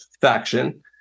faction